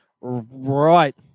right